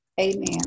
Amen